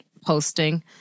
posting